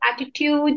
attitude